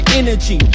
energy